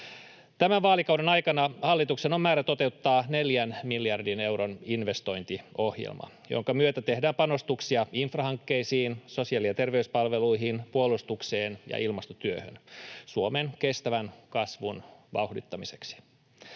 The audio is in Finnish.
Tämän vaalikauden aikana hallituksen on määrä toteuttaa neljän miljardin euron investointiohjelma, jonka myötä tehdään panostuksia infrahankkeisiin, sosiaali- ja terveyspalveluihin, puolustukseen ja ilmastotyöhön Suomen kestävän kasvun vauhdittamiseksi.